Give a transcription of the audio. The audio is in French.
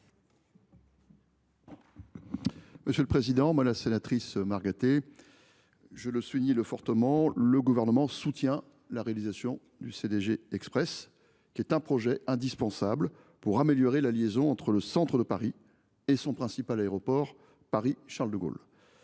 ministre délégué. Madame la sénatrice Margaté, le Gouvernement soutient fortement la réalisation du CDG Express, qui est un projet indispensable pour améliorer la liaison entre le centre de Paris et son principal aéroport, Paris Charles de Gaulle.